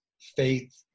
faith